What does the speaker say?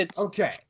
Okay